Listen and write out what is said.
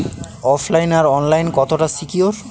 ওফ line আর online কতটা secure?